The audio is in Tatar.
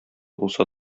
булсa